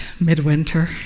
midwinter